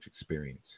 experience